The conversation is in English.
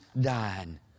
dying